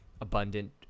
abundant